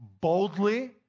boldly